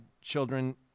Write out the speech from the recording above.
children